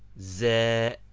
the